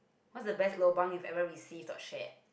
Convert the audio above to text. what's the best lobang you've ever received or shared